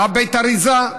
זה היה בית אריזה.